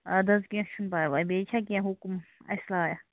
اَدٕ حظ کیٚنٛہہ چھُنہٕ پَرواے بیٚیہِ چھا کیٚنٛہہ حُکُم اسہِ لایَق